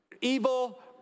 evil